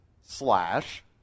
slash